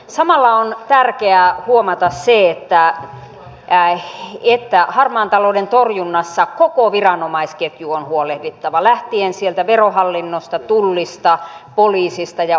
samalla on tärkeää huomata se että harmaan talouden torjunnassa koko viranomaisketju on huolehdittava lähtien sieltä verohallinnosta tullista poliisista ja oikeuslaitoksesta